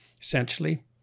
essentially